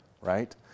right